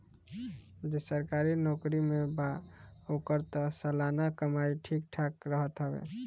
जे सरकारी नोकरी में बा ओकर तअ सलाना कमाई ठीक ठाक रहत हवे